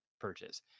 purchase